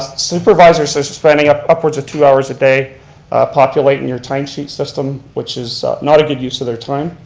supervisors so are spending ah upwards of two hours a day populating your time sheet system, which is not a good use of their time.